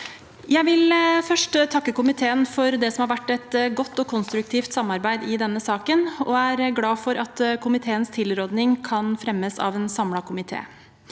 Jeg vil først takke komiteen for det som har vært et godt og konstruktivt samarbeid i denne saken, og er glad for at komiteens tilråding kan fremmes av en samlet komité.